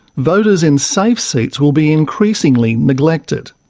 voters in safe seats will be increasingly neglected.